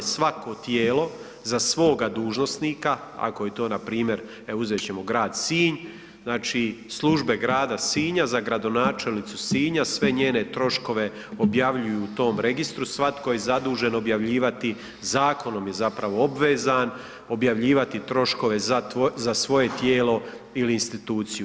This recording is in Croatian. Svako tijelo za svoga dužnosnika, ako je to npr. evo uzet ćemo grad Sinj, znači službe grada Sinja za gradonačelnicu Sinja sve njene troškove objavljuju u tom registru, svatko je zadužen objavljivati, zakonom je zapravo obvezan, objavljivati troškove za svoje tijelo ili instituciju.